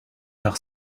par